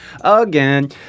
again